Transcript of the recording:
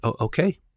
okay